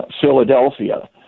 Philadelphia